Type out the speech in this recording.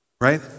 right